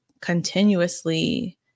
continuously